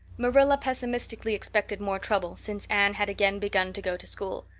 marilla pessimistically expected more trouble since anne had again begun to go to school.